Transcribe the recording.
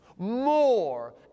more